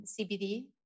CBD